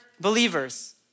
believers